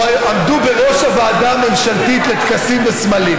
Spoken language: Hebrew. או עמדו בראש הוועדה הממשלתית לטקסים וסמלים,